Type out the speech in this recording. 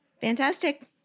fantastic